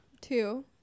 two